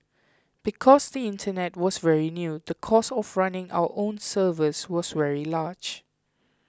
because the Internet was very new the cost of running our own servers was very large